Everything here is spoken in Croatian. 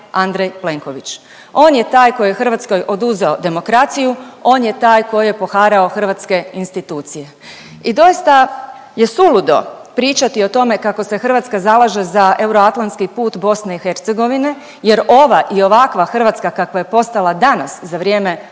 Andrej Plenković. On je taj koji je Hrvatskoj oduzeo demokraciju, on je taj koji je poharao hrvatske institucije. I doista je suludo pričati o tome kako se Hrvatska zalaže za euroatlantski put BiH jer ova ovakva Hrvatska kakva je postala danas za vrijeme vladavine